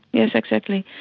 yes, exactly.